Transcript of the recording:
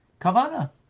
Kavana